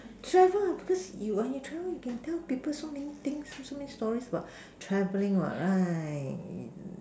travel ah because you when you travel you can tell people so many things so many stories about travelling what right